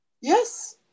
Yes